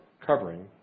covering